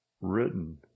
written